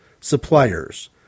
suppliers